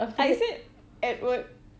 I said edward